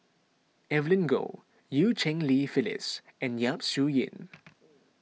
Evelyn Goh Eu Cheng Li Phyllis and Yap Su Yin